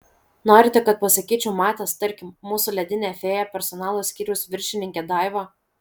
norite kad pasakyčiau matęs tarkim mūsų ledinę fėją personalo skyriaus viršininkę daivą